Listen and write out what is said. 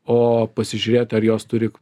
o pasižiūrėt ar jos turi